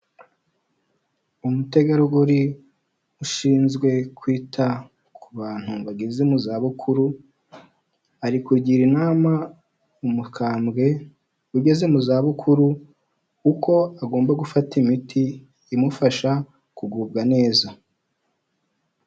Umutegarugori; ushinzwe kwita ku bantu bageze mu za bukuru ,arikugira inama umukambwe ugeze mu zabukuru uko agomba gufata imiti imufasha kugubwa neza.